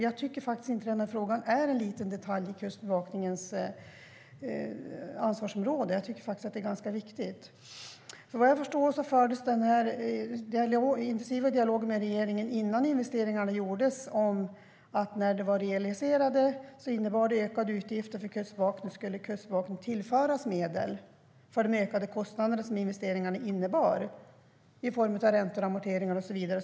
Jag tycker faktiskt inte att den här frågan är en liten detalj i Kustbevakningens ansvarsområde. Jag tycker att den är ganska viktig. Vad jag förstår fördes den intensiva dialogen med regeringen innan investeringarna gjordes. När de var realiserade skulle Kustbevakningen tillföras medel för de ökade kostnader som investeringarna innebar i form av räntor, amorteringar och så vidare.